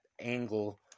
angle